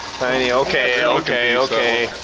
tiny. okay, okay, okay.